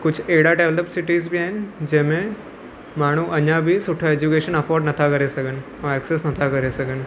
कुझु अहिड़ा develop cities बि आहिनि जंहिंमें माण्हू अञा बि सुठे एजुकेशन अफॉर्ड नथा करे सघनि ऐं एक्सैस नथा करे सघनि